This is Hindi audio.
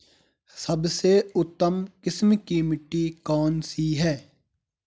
सबसे उत्तम किस्म की मिट्टी कौन सी है?